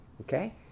Okay